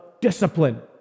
discipline